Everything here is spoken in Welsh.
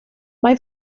mae